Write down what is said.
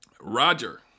Roger